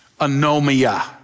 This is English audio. anomia